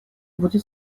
будет